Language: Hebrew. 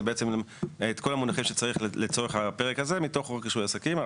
זה בעצם את כל המונחים שצריך לצורך הפרק הזה מתוך חוק רישוי עסקים.